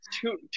two